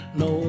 no